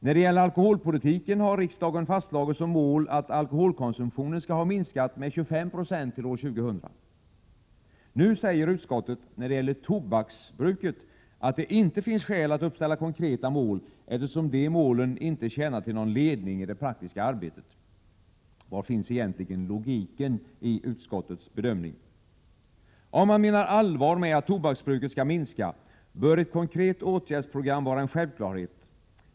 När det gäller alkoholpolitiken har riksdagen fastlagt som mål att alkoholkonsumtionen skall ha minskat med 25 9 till år 2000. Nu säger utskottet när det gäller tobaksbruket att det inte finns skäl att uppställa 105 Prot. 1987/88:115 konkreta mål, eftersom de målen inte tjänar till någon ledning i det praktiska Var finns egentligen logiken i utskottets bedömning? Om man menar allvar med att tobaksbruket skall minska, bör ett konkret åtgärdsprogram vara en självklarhet.